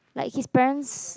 like his parents